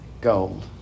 gold